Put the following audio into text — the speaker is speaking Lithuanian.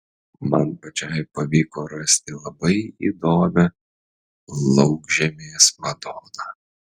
man pačiai pavyko rasti labai įdomią laukžemės madoną